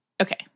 Okay